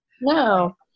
No